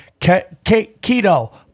keto